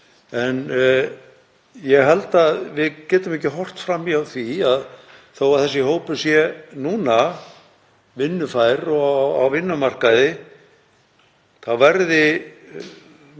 Ég held að við getum ekki horft fram hjá því að þó að þessi hópur sé núna vinnufær og á vinnumarkaði verði stór